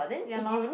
ya lor